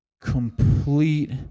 complete